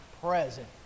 present